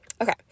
okay